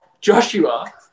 Joshua